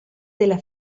della